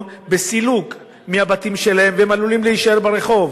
בסילוק מהבתים שלהם והם עלולים להישאר ברחוב.